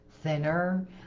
thinner